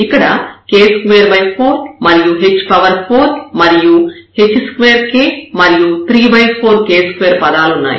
ఇక్కడ k24మరియు h4 మరియు h2k మరియు 34k2 పదాలున్నాయి